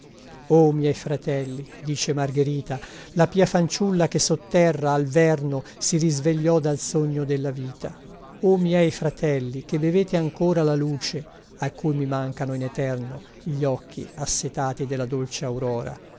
o miei fratelli dice margherita la pia fanciulla che sotterra al verno si risvegliò dal sogno della vita o miei fratelli che bevete ancora la luce a cui mi mancano in eterno gli occhi assetati della dolce aurora